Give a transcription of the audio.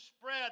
spread